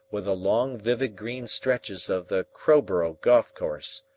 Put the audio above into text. with the long, vivid green stretches of the crowborough golf course,